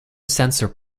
sensor